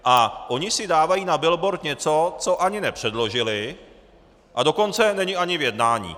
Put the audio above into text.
A oni si dávají na billboard něco, co ani nepředložili, a dokonce není ani v jednání.